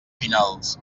finals